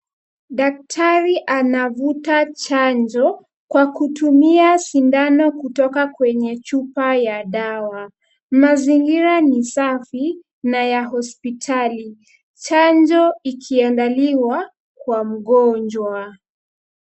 Daktari anavuta chanjo kwa kutumia sindano kutoka kwenye chupa ya dawa. Mazingira ni safi na ya hospitali, chanjo ikiandaliwa kwa mgonjwa.